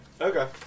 Okay